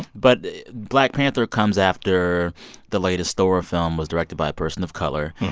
but black panther comes after the latest thor film was directed by a person of color.